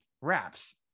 wraps